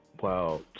wow